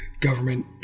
government